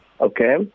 okay